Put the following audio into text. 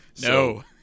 No